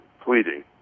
pleading